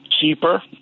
cheaper